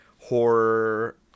horror